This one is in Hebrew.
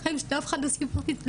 אני בחיים שלי לא סיפרתי כלום,